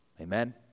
Amen